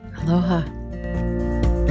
Aloha